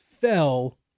fell